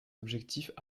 objectifs